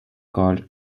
called